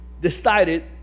decided